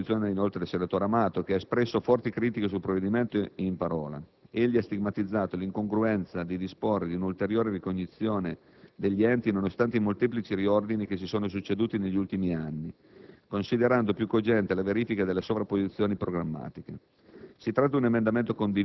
È significativa la posizione del senatore Amato, che ha espresso forti critiche sul provvedimento in parola. Egli ha stigmatizzato l'incongruenza di disporre di un'ulteriore ricognizione degli enti, nonostante i molteplici riordini che si sono succeduti negli ultimi anni, considerando più cogente la verifica delle sovrapposizioni programmatiche.